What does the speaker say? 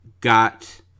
got